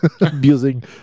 abusing